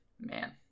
man